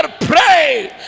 pray